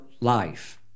life